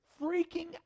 freaking